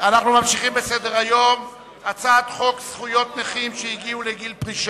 אני קובע שהצעת חוק לתיקון פקודת השותפויות